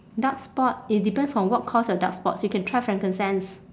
dark spot it depends on what cause your dark spots you can try frankincense